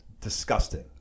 disgusting